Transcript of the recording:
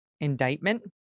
indictment